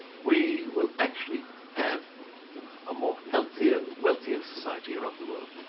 we will actually have a more healthier, wealthier society around the world.